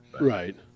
Right